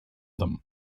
them